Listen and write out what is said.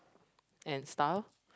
and stuff